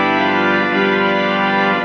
and